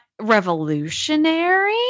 revolutionary